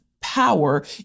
power